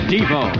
Devo